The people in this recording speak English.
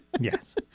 Yes